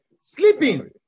Sleeping